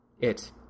It